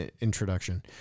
introduction